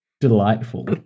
delightful